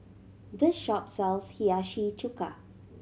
this shop sells Hiyashi Chuka